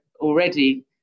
already